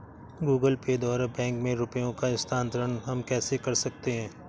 Google Pay द्वारा bank में रुपयों का स्थानांतरण हम कैसे कर सकते हैं?